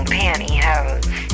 pantyhose